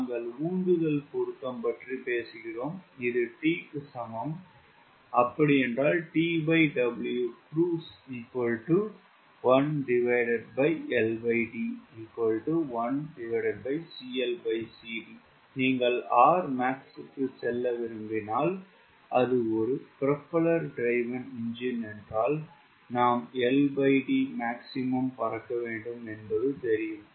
நாங்கள் உந்துதல் பொருத்தம் பற்றி பேசுகிறோம் இது T க்கு சமம் நீங்கள் Rmax க்கு செல்ல விரும்பினால் அது ஒரு ப்ரொபெல்லர் டிரைவ்ன் என்ஜின் என்றால் நாம் LD maximum பறக்க வேண்டும் என்பது தெரியும்